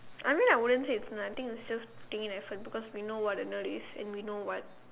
I mean I wouldn't say it's nice I think it's just putting in effort because we know what a nerd is and we know what